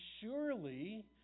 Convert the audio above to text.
surely